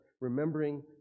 remembering